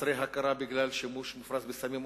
חסרי הכרה בגלל שימוש מופרז בסמים,